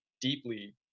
deeply